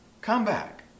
Comeback